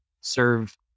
serve